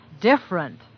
different